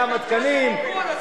כמה תקנים,